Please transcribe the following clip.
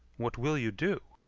what will you do?